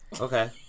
Okay